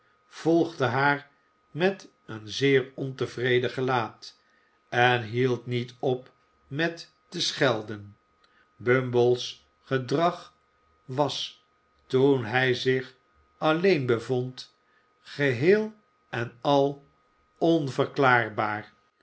volgde haar met een zeer ontevreden gelaat en hield niet op met te schelden bumble's gedrag was toen hij zich alleen bewaaksters bij een sterfbed vond geheel en al onverklaarbaar